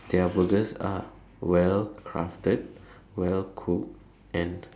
their burgers are well crafted well cooked and